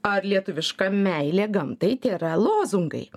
ar lietuviška meilė gamtai tėra lozungai